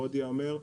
ועוד ייאמר,